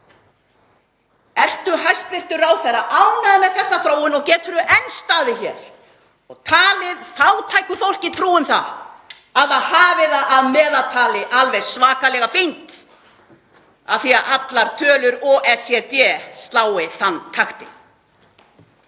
Ertu, hæstv. ráðherra, ánægður með þessa þróun og geturðu enn staðið hér og talið fátæku fólki trú um að það hafi það að meðaltali alveg svakalega fínt af því að allar tölur OECD slái þann taktinn?